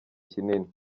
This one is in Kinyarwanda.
kinini